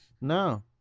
No